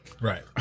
Right